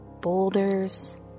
boulders